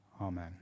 amen